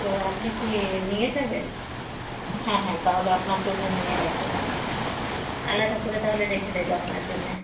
তো আপনি কি নিয়ে যাবেন হ্যাঁ হ্যাঁ তাহলে আপনার জন্যে নিয়ে রাখবো আলাদা করে তাহলে রেখে দেবো আপনার জন্যে